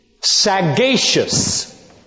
sagacious